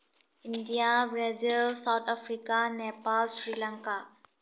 India Brazil South Africa Nepal Sri Lanka